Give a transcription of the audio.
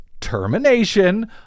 termination